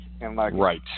Right